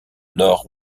nord